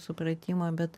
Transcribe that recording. supratimą bet